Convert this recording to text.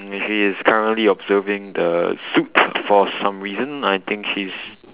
and she is currently observing the suit for some reason I think she's